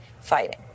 fighting